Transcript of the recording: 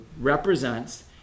represents